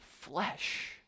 flesh